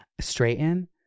straighten